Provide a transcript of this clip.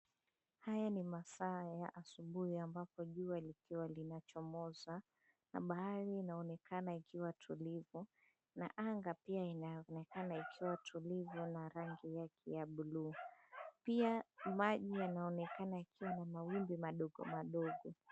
Haya ni masaa ya asubuhi ambapo jua likiwa linachomoza na bahari inaonekana ikiwa tulivu na anga pia inaonekana ikiwa tulivu na rangi yake ya buluu. Pia maji yanaonekana yakiwa na mawimbi madogo madogo.